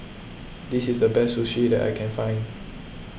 this is the best Sushi that I can find